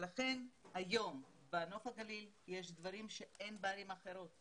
לכן היום בנוף הגליל יש דברים שאין בערים אחרות.